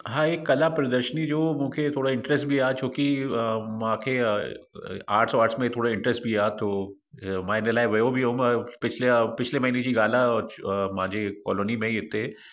हा इहे कला प्रदर्शनी जो मूंखे थोरो इंटरेस्ट बि आहे छो की मांखे आर्ट्स वार्ट्स में थोरो इंटरस्ट बि आहे त मां हिन लाइ वियो बि हुअमि पिछले पिछले महीने जी ॻाल्हि आहे मांजे कॉलोनी में ई हिते